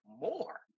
more